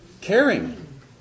Caring